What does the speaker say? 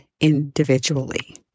individually